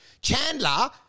Chandler